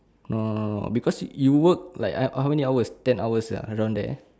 no no no no because you work like eh how many hours ten hours ah around there